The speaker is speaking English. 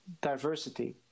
diversity